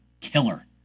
killer